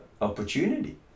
opportunity